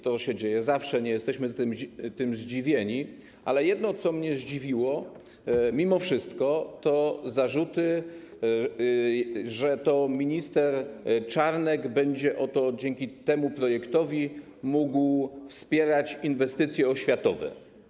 To się dzieje zawsze, nie jesteśmy tym zdziwieni, ale jedno, co mimo wszystko mnie zdziwiło, to zarzuty, że to minister Czarnek będzie oto dzięki temu projektowi mógł wspierać inwestycje oświatowe.